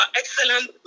excellent